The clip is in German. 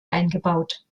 eingebaut